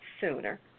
Sooner